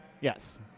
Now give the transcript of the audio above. Yes